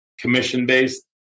commission-based